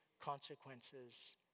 consequences